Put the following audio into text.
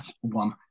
one